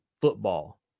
football